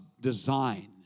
design